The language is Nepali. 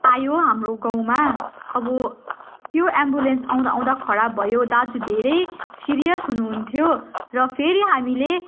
आयो हाम्रो गाउँमा अब त्यो एम्बुलेन्स आउँदा आउँदा खराब भयो दाजु धेरै सिरियस हुनुहुन्थ्यो र फेरि हामीले